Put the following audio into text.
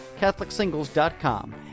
catholicsingles.com